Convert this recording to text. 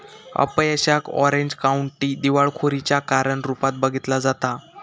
अपयशाक Orange County दिवाळखोरीच्या कारण रूपात बघितला जाता